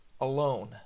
alone